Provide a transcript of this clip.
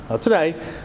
today